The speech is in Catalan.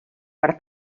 per